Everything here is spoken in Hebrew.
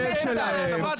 חוש ההומור שלך משהו מיוחד.